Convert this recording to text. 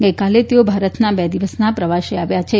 ગઇકાલે તેઓ ભારતના બે દિવસના પ્રવાસે આવ્યા છે